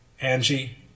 Angie